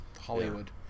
Hollywood